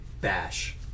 bash